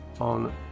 on